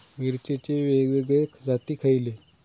मिरचीचे वेगवेगळे जाती खयले?